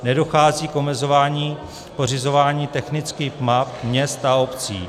Nedochází k omezování pořizování technických map měst a obcí.